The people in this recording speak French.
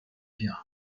terrain